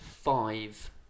five